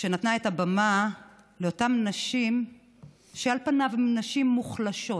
שנתנה את הבמה לאותן נשים שעל פניו הן נשים מוחלשות,